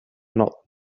not